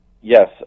Yes